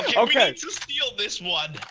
okay, steel this one.